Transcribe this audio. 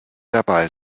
dabei